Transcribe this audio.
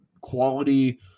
quality